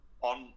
on